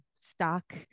stock